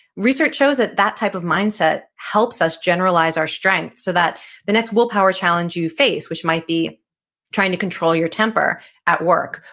research shows that that type of mindset helps us generalize our strengths so that the next willpower challenge you face which might be trying to control your temper at work,